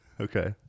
Okay